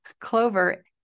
clover